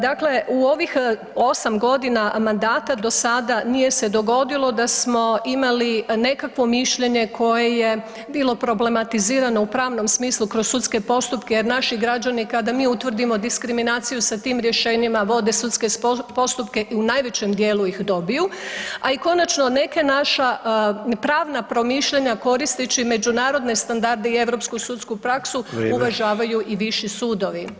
Dakle, u ovih 8 g. mandata, do sada nije se dogodilo da smo imali nekakvo mišljenje koje je bilo problematizirano u pravnom smislu kroz sudske postupke jer naši građani kada mi utvrdimo diskriminaciju, sa tim rješenjima vode sudske postupke i u najvećem djelu ih dobiju a i konačno neka naša pravna promišljanja koristeći međunarodne standarde i europsku sudsku praksu, uvažavaju i viši sudovi.